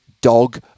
dog